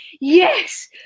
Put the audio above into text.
yes